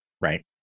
Right